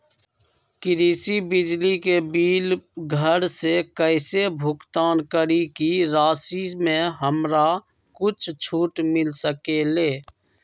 कृषि बिजली के बिल घर से कईसे भुगतान करी की राशि मे हमरा कुछ छूट मिल सकेले?